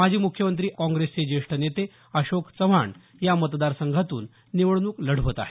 माजी मुख्यमंत्री काँग्रेसचे जेष्ठ नेते अशोक चव्हाण या मतदारसंघातून निवडणूक लढवत आहेत